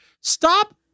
stop